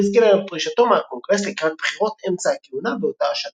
הכריז קלר על פרישתו מהקונגרס לקראת בחירות אמצע הכהונה באותה השנה.